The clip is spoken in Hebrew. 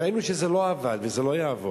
ראינו שזה לא עבד, וזה לא יעבוד.